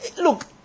Look